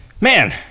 Man